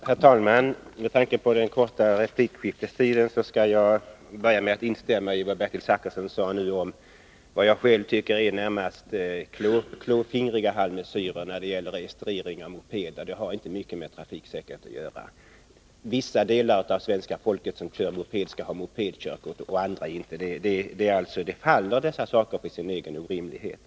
Herr talman! Med tanke på den korta repliktiden skall jag börja med att instämma i vad Bertil Zachrisson nyss sade om det som jag själv tycker är närmast klåfingriga halvmesyrer när det gäller registrering av mopeder. Det har inte mycket med trafiksäkerhet att göra. Vissa delar av svenska folket som kör moped skall ha mopedkörkort men andra delar inte. Dessa saker faller på sin egen orimlighet.